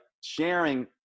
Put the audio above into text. sharing